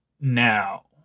now